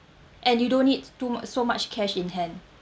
and you don't need too so much cash in hand